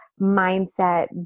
mindset